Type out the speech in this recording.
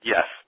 Yes